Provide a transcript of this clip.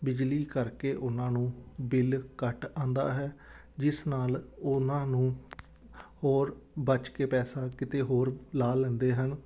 ਬਿਜਲੀ ਕਰਕੇ ਉਹਨਾਂ ਨੂੰ ਬਿਲ ਘੱਟ ਆਉਂਦਾ ਹੈ ਜਿਸ ਨਾਲ ਉਹਨਾਂ ਨੂੰ ਹੋਰ ਬਚ ਕੇ ਪੈਸਾ ਕਿਤੇ ਹੋਰ ਲਾ ਲੈਂਦੇ ਹਨ